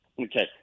Okay